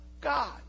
God